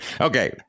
okay